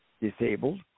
disabled